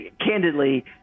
candidly